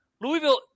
Louisville